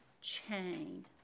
chain